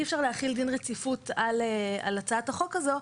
אי אפשר להחיל דין רציפות על הצעת החוק הזו,